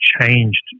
changed